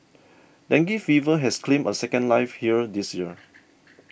dengue fever has claimed a second life here this year